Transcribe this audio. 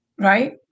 right